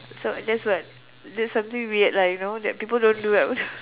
so that's what that's something weird lah you know people don't do [what]